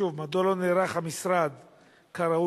1. מדוע לא נערך המשרד כראוי?